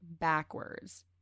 backwards